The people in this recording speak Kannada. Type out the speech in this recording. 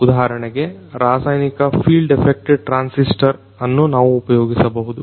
ಉಧಾಹರಣೆಗೆ ರಾಸಾಯನಿಕ ಫೀಲ್ಡ್ ಎಫೆಕ್ಟ್ ಟ್ರಾನ್ಸಿಸ್ಟರ್ ಅನ್ನು ನಾವು ಉಪಯೋಗಿಸಬಹುದು